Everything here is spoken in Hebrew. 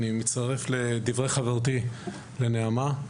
אני מצטרף לדברי חברתי, נעמה.